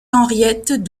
henriette